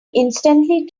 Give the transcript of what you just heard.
instantly